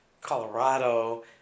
Colorado